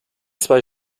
zwei